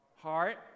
heart